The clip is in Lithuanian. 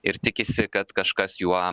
ir tikisi kad kažkas juo